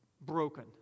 broken